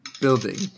building